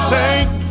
Thank